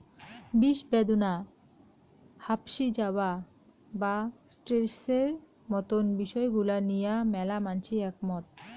বিষব্যাদনা, হাপশি যাওয়া বা স্ট্রেসের মতন বিষয় গুলা নিয়া ম্যালা মানষি একমত